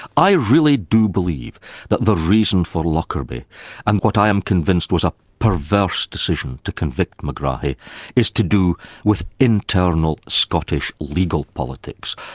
i really do believe that the reason for lockerbie and what i am convinced was a perverse decision to convict megrahi is to do with internal scottish legal politics.